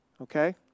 Okay